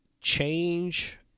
change